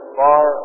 far